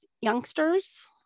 youngsters